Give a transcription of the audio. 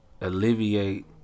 alleviate